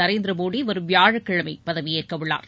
நரேந்திர மோடி வரும் வியாழக்கிழமை பதவியேற்கவுள்ளார்